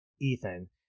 Ethan